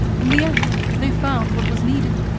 in the end they found what was needed.